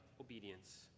obedience